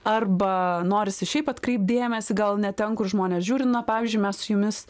arba norisi šiaip atkreipt dėmesį gal ne ten kur žmonės žiūri na pavyzdžiui mes su jumis